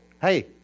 Hey